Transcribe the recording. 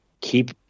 keep